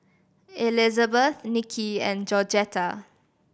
Elizabeth Nicky and Georgetta